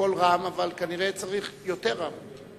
בקול רם, אבל כנראה צריך יותר רם.